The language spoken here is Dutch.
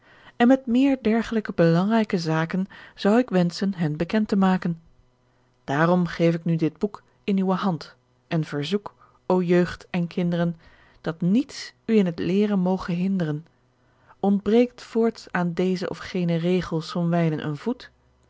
en met meer dergelijke belangrijke zaken zou ik wenschen hen bekend te maken daarom geef ik nu dit boek in uwe hand en verzoek o jeugd en kinderen dat niets u in t leeren moge hinderen ontbreekt voorts aan dezen of genen regel somwijlen een voet